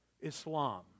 Islam